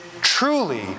truly